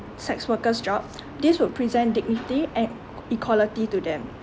sex workers' job this would present dignity and equality to them